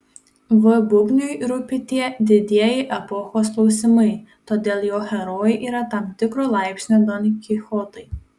v bubniui rūpi tie didieji epochos klausimai todėl jo herojai yra tam tikro laipsnio donkichotai